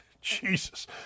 Jesus